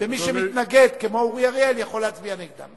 ומי שמתנגד כמו אורי אריאל יכול להצביע נגדם.